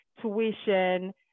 tuition